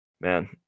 Man